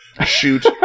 shoot